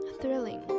thrilling